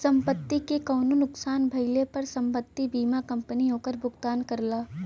संपत्ति के कउनो नुकसान भइले पर संपत्ति बीमा कंपनी ओकर भुगतान करला